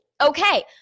Okay